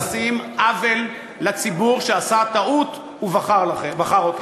אתם עושים עוול לציבור שעשה טעות ובחר אתכם.